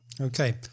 Okay